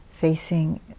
facing